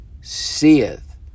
seeth